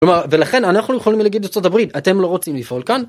כלומר, ולכן אנחנו יכולים להגיד לארצות הברית אתם לא רוצים לפעול כאן..